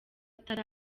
atari